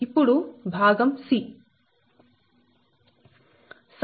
ఇప్పుడు భాగం c